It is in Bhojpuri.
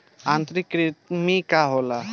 आंतरिक कृमि का होला?